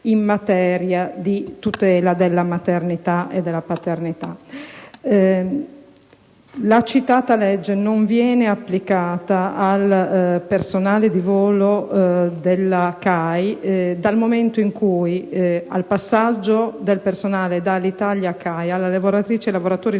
in materia di tutela della maternità e della paternità. Il citato provvedimento non viene applicato al personale di volo della CAI, dal momento che, nel passaggio del personale da Alitalia a CAI, alle lavoratrice e ai lavoratori suddetti